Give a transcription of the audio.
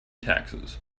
taxes